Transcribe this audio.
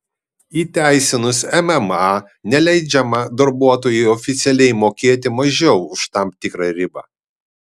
įteisinus mma neleidžiama darbuotojui oficialiai mokėti mažiau už tam tikrą ribą